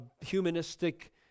humanistic